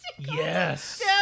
yes